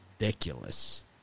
Ridiculous